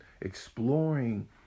exploring